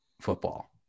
football